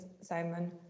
Simon